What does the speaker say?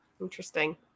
Interesting